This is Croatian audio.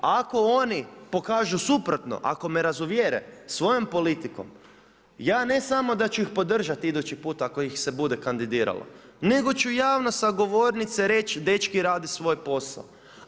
Ako oni pokažu suprotno, ako me razuvjere svojom politikom, ja ne samo da ću ih podržati idući puta ako ih se bude kandidiralo nego ću javno sa govornice reći dečki rade svoj posao.